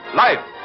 life